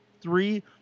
three